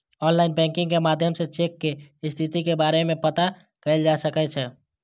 online banking के माध्यम सं चेक के स्थिति के बारे मे पता कैल जा सकै छै